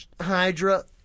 Hydra